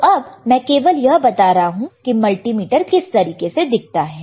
तो अब मैं केवल यह बता रहा हूं कि मल्टीमीटर किस तरीके से दिखता है